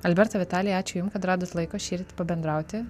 alberta vitalija ačiū jum kad radot laiko šįryt pabendrauti